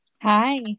Hi